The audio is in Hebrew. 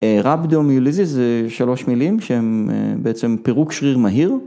רבדומיוליזיס זה שלוש מילים שהם בעצם פירוק שריר מהיר